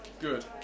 Good